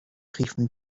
riefen